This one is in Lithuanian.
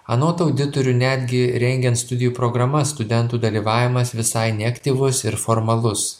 anot auditorių netgi rengiant studijų programas studentų dalyvavimas visai neaktyvus ir formalus